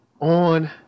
on